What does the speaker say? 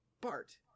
Bart